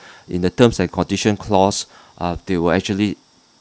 in the terms and condition clause uh they would actually